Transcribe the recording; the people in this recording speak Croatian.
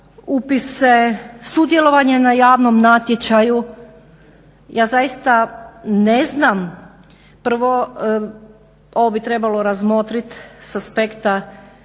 upise, sudjelovanje na javnom natječaju. Ja zaista ne znam prvo ovo bi trebalo razmotriti sa aspekta